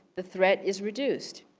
the threat is reduced.